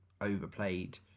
overplayed